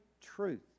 truth